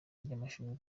ry’amashuri